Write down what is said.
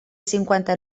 cinquanta